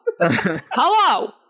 hello